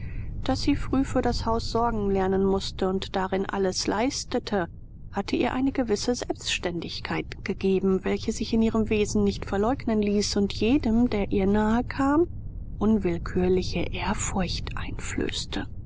daß sie früh für das haus sorgen lernen mußte und darin alles leistete hatte ihr eine gewisse selbständigkeit gegeben welche sich in ihrem wesen nicht verleugnen ließ und jedem der ihr nahe kam unwillkürliche ehrfurcht einflößte